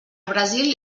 brasil